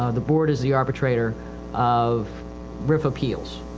ah the board is the arbitrator of rif appeals.